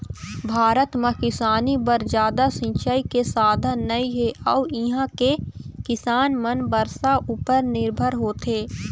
भारत म किसानी बर जादा सिंचई के साधन नइ हे अउ इहां के किसान मन बरसा उपर निरभर होथे